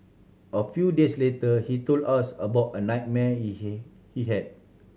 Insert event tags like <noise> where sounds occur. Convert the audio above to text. a few days later he told us about a nightmare <unintelligible> he had